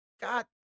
God